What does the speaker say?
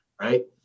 Right